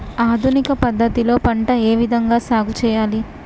ఆధునిక పద్ధతి లో పంట ఏ విధంగా సాగు చేయాలి?